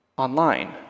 Online